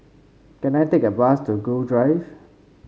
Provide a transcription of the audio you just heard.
can I take a bus to Gul Drive